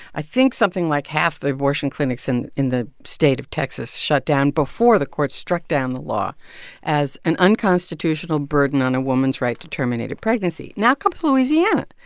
i think something like half the abortion clinics in in the state of texas shut down before the court struck down the law as an unconstitutional burden on a woman's right to terminate a pregnancy. now comes louisiana.